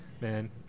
man